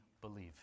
believe